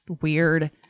weird